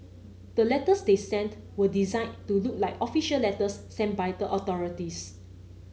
the letters they sent were designed to look like official letters sent by the authorities